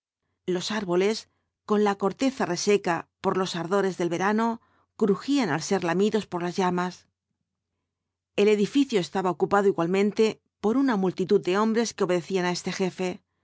los árboles con la corteza reseca por los ardores del verano crujían al ser lamidos por las llamas el edificio estaba ocupado igualmente por una multitud de hombres que obedecían á este jefe